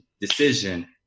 decision